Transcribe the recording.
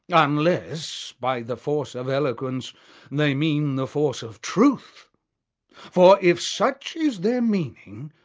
unless by the force of eloquence they mean the force of truth for if such is their meaning,